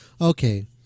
okay